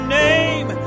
name